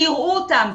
שיראו אותם.